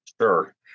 Sure